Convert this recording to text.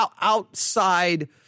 outside